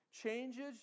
changes